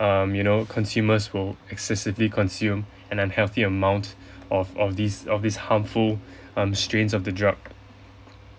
um you know consumers will excessively consume an unhealthy amount of of this of this harmful um strains of the drug